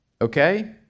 Okay